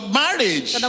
marriage